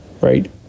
right